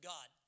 God